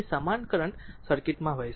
તેથી સમાન કરંટ સર્કિટમાં વહેશે